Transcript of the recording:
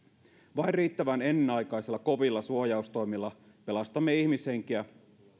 vain riittävän ennenaikaisilla kovilla suojaustoimilla pelastamme ihmishenkiä ja